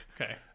Okay